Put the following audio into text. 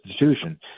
institution